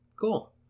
Cool